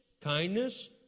kindness